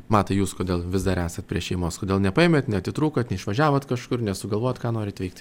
matai jūs kodėl vis dar esat prie šeimos kodėl nepaėmėt neatitrūkot neišvažiavot kažkur nesugalvojot ką norit veikt